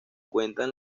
cuentan